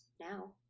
now